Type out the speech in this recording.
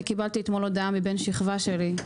אני קיבלתי אתמול הודעה מבן שכבה שלי,